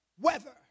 weather